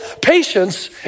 patience